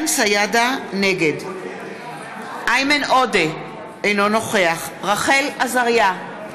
נגד איימן עודה, אינו נוכח רחל עזריה,